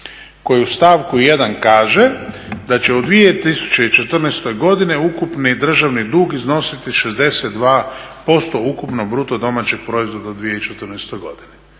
koji u stavku 1. kaže da će u 2014. godini ukupni državni dug iznositi 62% ukupnog BDP-a 2014. godine.